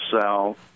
South